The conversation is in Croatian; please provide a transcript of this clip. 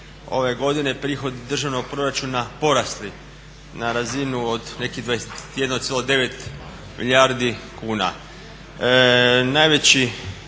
ove godine prihodi državnog proračuna porasli na razinu od nekih 21,9 milijardi kuna.